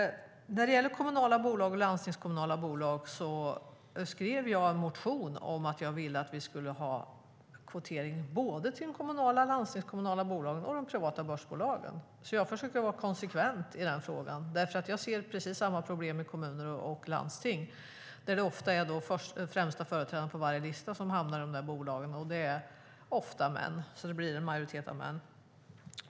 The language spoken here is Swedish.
När det gäller kommunala bolag och landstingskommunala bolag skrev jag en motion om att jag ville att vi skulle ha kvotering både till de kommunala och landstingskommunala bolagen och till de privata börsbolagen. Jag försöker vara konsekvent i den frågan eftersom jag ser precis samma problem i kommuner och landsting där det ofta är den främsta företrädaren på varje lista som hamnar i dessa bolag, och det är ofta män. Då blir det en majoritet av män.